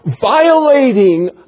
violating